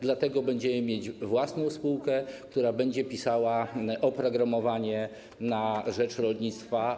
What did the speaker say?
Dlatego będziemy mieć własną spółkę, która będzie pisała oprogramowanie na rzecz rolnictwa.